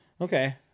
okay